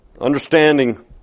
Understanding